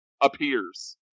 appears